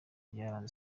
byaranze